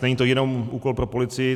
Není to jenom úkol pro policii.